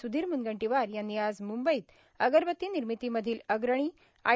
स्रधीर म्रनगंटीवार यांनी आज म्रंबईत अगरबत्ती निर्मितीमधील अग्रणी आय